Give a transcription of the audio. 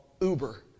Uber